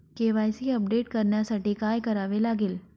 KYC update करण्यासाठी काय करावे लागेल?